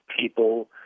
people